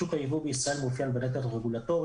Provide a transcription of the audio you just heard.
שוק הייבוא בישראל מאופיין בנטל רגולטורי